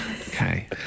Okay